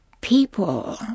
people